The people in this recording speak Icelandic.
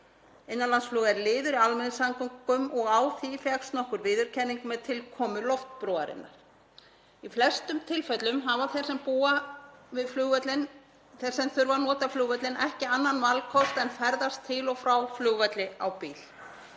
Innanlandsflug er liður í almenningssamgöngum og á því fékkst nokkur viðurkenning með tilkomu loftbrúarinnar. Í flestum tilfellum hafa þeir sem þurfa að nota flugvöllinn ekki annan valkost en að ferðast til og frá flugvelli á bíl.